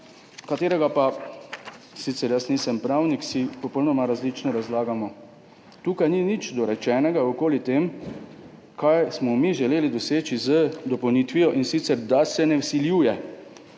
ki si ga, pa sicer jaz nisem pravnik, popolnoma različno razlagamo. Tukaj ni nič dorečenega okoli tega, kaj smo mi želeli doseči z dopolnitvijo, in sicer, da se ne vsiljuje